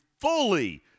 fully